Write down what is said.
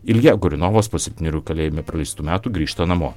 ilja goriunovas po septynerių kalėjime praleistų metų grįžta namo